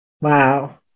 Wow